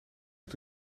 het